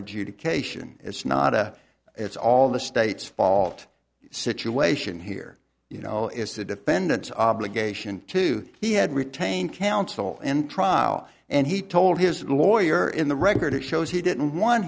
adjudication it's not a it's all the state's fault situation here you know it's the defendant's obligation to he had retained counsel in trial and he told his lawyer in the record shows he didn't want